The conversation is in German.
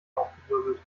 aufgewirbelt